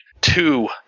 Two